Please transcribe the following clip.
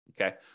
Okay